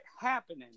happening